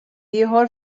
ieħor